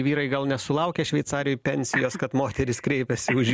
vyrai gal nesulaukia šveicarijoj pensijos kad moterys kreipiasi už